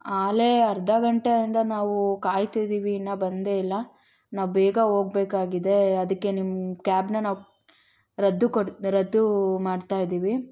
ಆಗ್ಲೇ ಅರ್ಧ ಗಂಟೆಯಿಂದ ನಾವು ಕಾಯ್ತಿದ್ದೀವಿ ಇನ್ನೂ ಬಂದೇ ಇಲ್ಲ ನಾವು ಬೇಗ ಹೋಗ್ಬೇಕಾಗಿದೆ ಅದಕ್ಕೆ ನಿಮ್ಮ ಕ್ಯಾಬನ್ನ ನಾವು ರದ್ದು ಕೊಡ್ತಾ ರದ್ದು ಮಾಡ್ತಾ ಇದ್ದೀವಿ